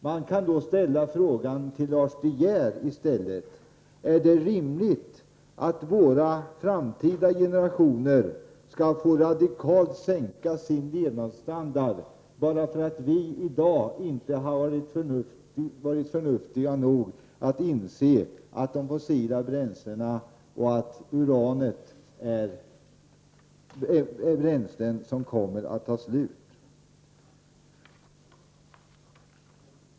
Jag vill då ställa en fråga till Lars De Geer: Är det rimligt att våra framtida generationer skall få sänka sin levnadsstandard radikalt bara för att vi i dag inte har varit förnuftiga nog att inse att de fossila bränslena och uranet är bränslen som kommer att ta slut?